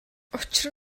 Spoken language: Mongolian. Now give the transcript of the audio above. учир